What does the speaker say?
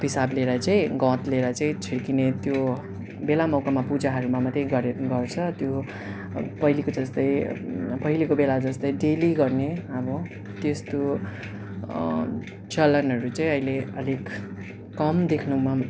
पिसाब लिएर चाहिँ गहुँत लिएर चाहिँ छर्किने त्यो बेला मौकामा पूजाहरूमा मात्रै गरे गर्छ त्यो पहिलेको जस्तै पहिलेको बेला जस्तै डेली गर्ने अब त्यस्तो चलनहरू चाहिँ अहिले अलिक कम देख्नमा